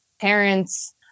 parents